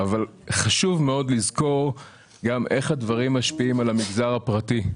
אבל חשוב מאוד לזכור גם איך הדברים משפיעים על המגזר הפרטי,